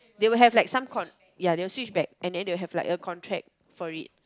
they will have like some con ya they will switch back and then they will have like a contract for read